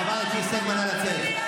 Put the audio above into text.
חברת הכנסת שיר סגמן, נא לצאת.